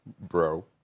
Bro